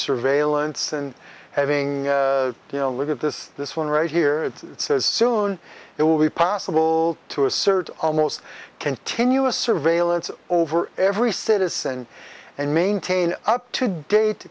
surveillance and having you know look at this this one right here it says soon it will be possible to assert almost continuous surveillance over every citizen and maintain up to date